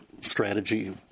strategy